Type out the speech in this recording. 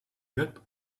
get